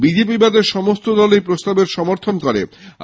BJP বাদে সমস্ত দল এই প্রস্তাবের সমর্থন করেছে